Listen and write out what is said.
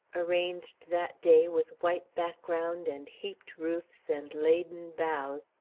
arranged that day with white background and heaped roofs and laden boughs,